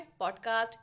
podcast